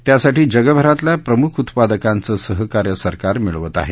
त्यासाठी जगभरातल्या प्रमुख उत्पादकांचं सहकार्य सरकार मिळवत आहे